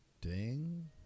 Ding